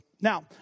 Now